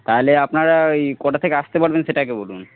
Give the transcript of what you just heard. তাহলে আপনারা ওই কটা থেকে আসতে পারবেন সেটা আগে বলুন